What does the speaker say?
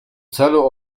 celu